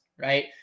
right